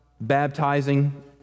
baptizing